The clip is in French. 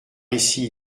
ici